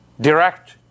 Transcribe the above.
direct